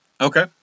Okay